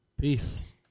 Peace